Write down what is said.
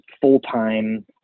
full-time